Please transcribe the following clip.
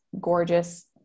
gorgeous